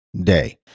Day